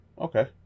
Okay